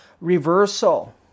reversal